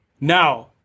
now